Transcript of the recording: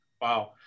Wow